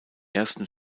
ersten